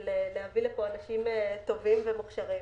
ובשביל להביא לפה אנשים טובים ומוכשרים.